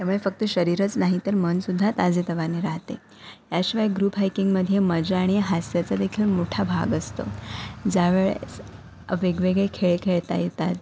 त्यामुळे फक्त शरीरच नाही तर मन सुद्धा ताजेतवाने राहते त्याशिवाय ग्रुप हायकिंगमध्ये मजा आणि हास्याचा देखील मोठा भाग असतो ज्या वेळेस वेगवेगळे खेळ खेळता येतात